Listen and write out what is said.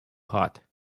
hot